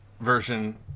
version